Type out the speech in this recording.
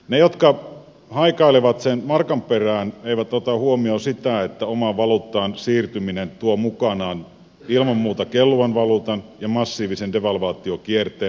ne jotka haikailevat sen markan perään eivät ota huomioon sitä että omaan valuuttaan siirtyminen tuo mukanaan ilman muuta kelluvan valuutan ja massiivisen devalvaatiokierteen